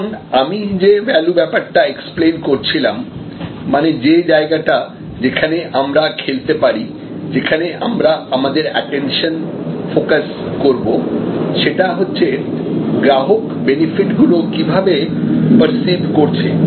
এখন আমি যে ভ্যালু ব্যাপারটা এক্সপ্লেইন করছিলাম মানে যে জায়গাটা যেখানে আমরা খেলতে পারি যেখানে আমরা আমাদের অ্যাটেনশন ফোকাস করব সেটা হচ্ছে গ্রাহক বেনিফিট গুলো কিভাবে পার্সিভ করছে